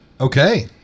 Okay